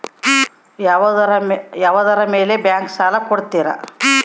ಯಾವುದರ ಮೇಲೆ ಬ್ಯಾಂಕ್ ಸಾಲ ಕೊಡ್ತಾರ?